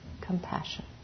compassion